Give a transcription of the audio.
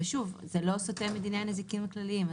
שוב, זה לא סוטה מדיני הנזיקין הכלליים.